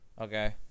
Okay